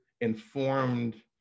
informed